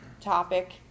topic